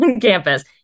campus